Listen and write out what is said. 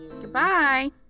Goodbye